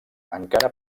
encara